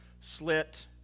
slit